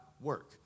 work